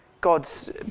God's